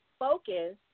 focus